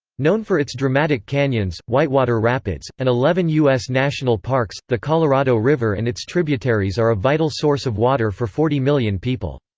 known for its dramatic canyons, whitewater rapids, and eleven u s. national parks, the colorado river and its tributaries are a vital source of water for forty million people.